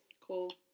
Cool